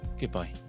goodbye